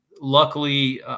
luckily